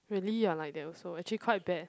really ah like that also actually quite bad